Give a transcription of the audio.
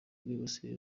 kwibasira